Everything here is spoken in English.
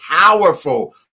powerful